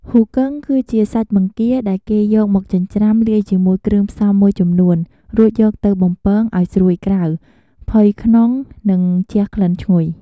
ហ៊ូគឹង គឺជាសាច់បង្គាដែលគេយកមកចិញ្ច្រាំលាយជាមួយគ្រឿងផ្សំមួយចំនួន រួចយកទៅបំពងឱ្យស្រួយក្រៅ ផុយក្នុង និងជះក្លិនឈ្ងុយ។